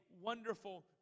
wonderful